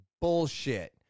bullshit